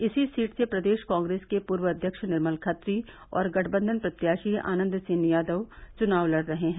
इसी सीट से प्रदेश कांग्रेस के पूर्व अध्यक्ष निर्मल खत्री और गठबंधन प्रत्याशी आनन्द सेन यादव चुनाव लड़ रहे हैं